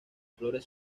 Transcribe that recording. flores